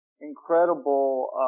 Incredible